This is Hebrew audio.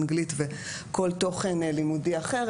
אנגלית וכל תוכן לימודי אחר.